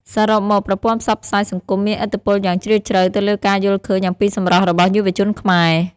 សរុបមក ប្រព័ន្ធផ្សព្វផ្សាយសង្គមមានឥទ្ធិពលយ៉ាងជ្រាលជ្រៅទៅលើការយល់ឃើញអំពីសម្រស់របស់យុវជនខ្មែរ។